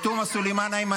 תודה רבה.